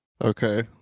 Okay